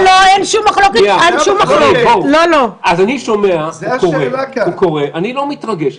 אני שומע וקורא, אני לא מתרגש.